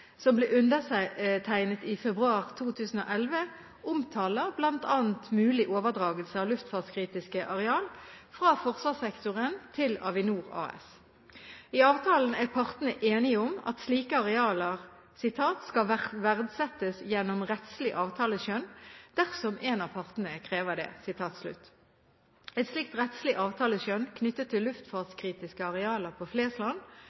som ble undertegnet i februar 2011, omtaler bl.a. mulig overdragelse av luftfartskritiske arealer fra forsvarssektoren til Avinor AS. I avtalen er partene enige om at slike arealer «skal verdsettes gjennom rettslig avtaleskjønn, dersom en av partene krever det». Et slikt rettslig avtaleskjønn, knyttet til luftfartskritiske arealer på Flesland,